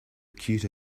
ceuta